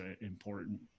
important